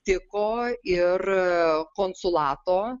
tiko ir konsulato